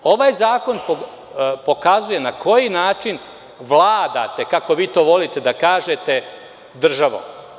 Ovaj zakon pokazuje na koji način vladate, kako vi to volite da kažete, državom.